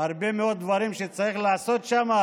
והרבה מאוד דברים שצריך לעשות שם.